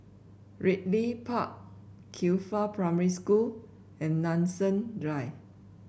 Ridley Park Qifa Primary School and Nanson Drive